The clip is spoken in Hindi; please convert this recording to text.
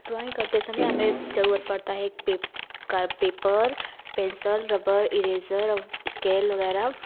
ड्राइंग करते समय हमें ज़रूरत पड़ती है एक पे कार्ट पेपर पेंसिल रबर इरेज़र और स्केल वगैरह